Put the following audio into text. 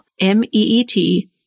M-E-E-T